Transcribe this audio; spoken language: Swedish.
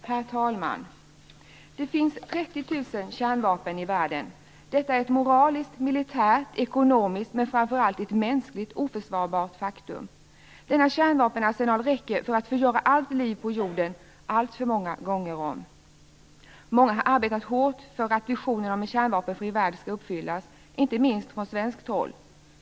Herr talman! Det finns 30 000 kärnvapen i världen. Detta är ett moraliskt, militärt, ekonomiskt och framför allt mänskligt oförsvarbart faktum. Denna kärnvapenarsenal räcker för att förgöra allt liv på jorden alltför många gånger om. Många har arbetat hårt för att visionen om en kärnvapenfri värld skall uppfyllas - inte minst från svenskt håll.